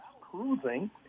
cruising